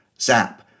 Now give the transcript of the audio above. Zap